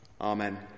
Amen